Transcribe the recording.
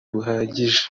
buhagije